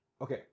okay